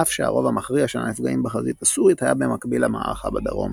אף שהרוב המכריע של הנפגעים בחזית הסורית היה במקביל למערכה בדרום.